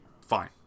fine